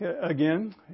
again